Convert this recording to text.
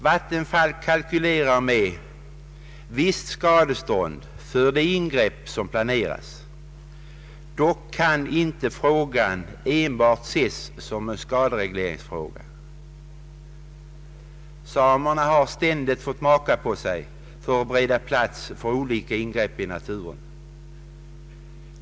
Vattenfall kalkylerar med visst skadestånd för de ingrepp som planeras. Dock kan inte frågan enbart ses som en skaderegleringsfråga. Samerna har ständigt fått maka på sig för att bereda plats för olika ingrepp i naturen.